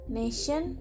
nation